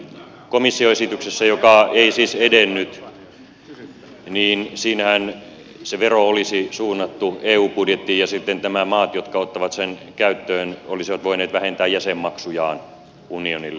tässä komission esityksessä joka ei siis edennyt se vero olisi suunnattu eu budjettiin ja sitten nämä maat jotka ottavat sen käyttöön olisivat voineet vähentää jäsenmaksujaan unionille